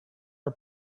are